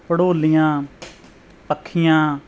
ਭੜੋਲੀਆਂ ਪੱਖੀਆਂ